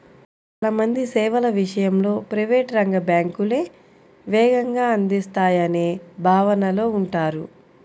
చాలా మంది సేవల విషయంలో ప్రైవేట్ రంగ బ్యాంకులే వేగంగా అందిస్తాయనే భావనలో ఉంటారు